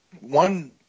one